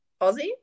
Aussie